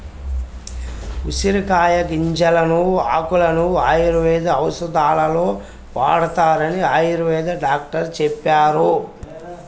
ఉసిరికాయల గింజలను, ఆకులను ఆయుర్వేద ఔషధాలలో వాడతారని ఆయుర్వేద డాక్టరు చెప్పారు